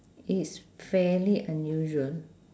it's fairly unusual